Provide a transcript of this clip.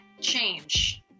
change